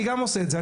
אני גם עושה את זה.